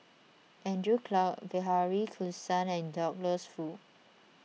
Andrew Clarke Bilahari Kausikan and Douglas Foo